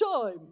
time